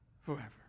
Forever